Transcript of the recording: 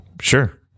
Sure